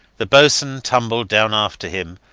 the boatswain tumbled down after him,